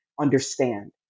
understand